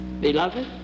Beloved